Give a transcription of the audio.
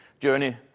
journey